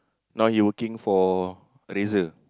now he working for Razor